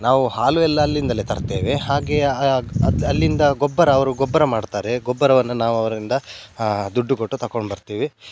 ನಾವು ಹಾಲು ಎಲ್ಲ ಅಲ್ಲಿಂದಲೇ ತರ್ತೇವೆ ಹಾಗೆ ಅಲ್ಲಿ ಅಲ್ಲಿಂದ ಗೊಬ್ಬರ ಅವರು ಗೊಬ್ಬರ ಮಾಡ್ತಾರೆ ಗೊಬ್ಬರವನ್ನು ನಾವು ಅವರಿಂದ ದುಡ್ಡು ಕೊಟ್ಟು ತಗೊಂಡು ಬರ್ತೀವಿ